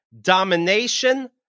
domination